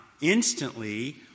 instantly